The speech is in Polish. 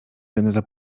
geneza